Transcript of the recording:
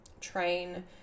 train